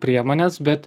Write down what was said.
priemones bet